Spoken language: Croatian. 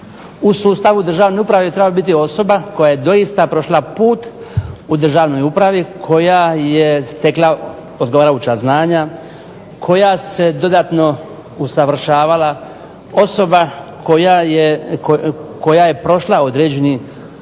u sustavu državne uprave treba biti osoba koja je doista prošla put u državnoj upravi koja je stekla odgovarajuća znanja, koja se dodatno usavršavala, osoba koja je prošla određeni rekao